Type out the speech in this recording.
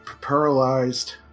paralyzed